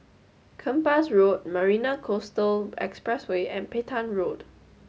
Kempas Road Marina Coastal Expressway and Petain Road